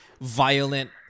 violent